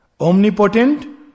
Omnipotent